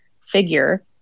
figure